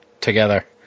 together